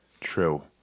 true